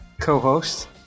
co-host